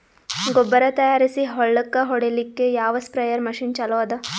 ಗೊಬ್ಬರ ತಯಾರಿಸಿ ಹೊಳ್ಳಕ ಹೊಡೇಲ್ಲಿಕ ಯಾವ ಸ್ಪ್ರಯ್ ಮಷಿನ್ ಚಲೋ ಅದ?